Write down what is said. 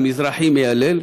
בצה"ל, מזרחי מיילל.